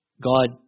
God